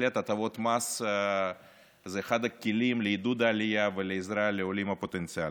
בהחלט הטבות מס זה אחד הכלים לעידוד עלייה ועזרה לעולים הפוטנציאליים.